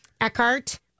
Eckhart